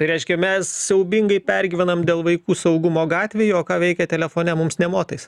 tai reiškia mes siaubingai pergyvenam dėl vaikų saugumo gatvėje o ką veikia telefone mums nė motais